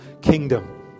kingdom